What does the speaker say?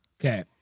Okay